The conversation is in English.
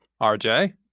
RJ